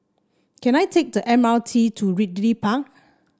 can I take the M R T to Ridley Park